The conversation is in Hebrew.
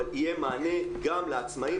אבל יהיה מענה גם לעצמאיים.